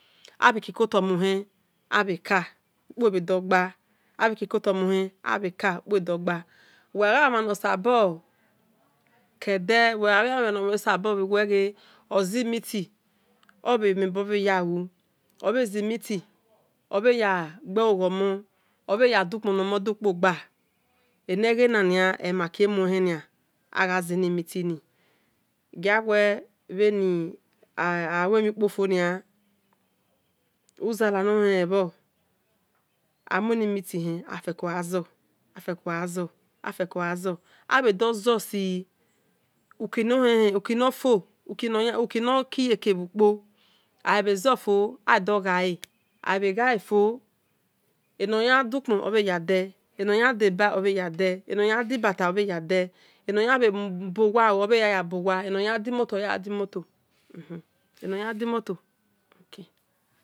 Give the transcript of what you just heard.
Abhe khie koto muhen ebhe kah ukpo bhedo gba abhe iloe ko to muhe abhe kah ukpo bhe dho gbe uwe ghayi gha omhano ke uwe ghayia omna no uveghe ozi meeting obhe mhe ebobhe sabo hu obhezi meeting obhe ya gbe lo gho mom obhe yadi ukpon ni omon di ukpo gba eni eghena mia olemale muhen agha ze eni meeting ni ghia we alue emhin ukpofo nia uze la nohen-hen bho amue eni meeting he egeko gha zo afeko gha zor uwe gha dho zo gi uki no kiyeke bhi ukpo agha zofo adogha le eni oyandu kpon obhe ya de enoyan de-eba obhe ya de ba onoghan dibata obhe yande enoyanbhe bowa obhe ya bow eno and di motor obhe ya di motor enoy andi motor ok